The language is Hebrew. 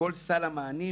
לכל סל המענים,